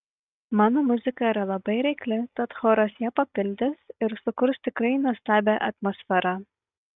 mano muzika yra labai reikli tad choras ją puikiai papildys ir sukurs tikrai nuostabią atmosferą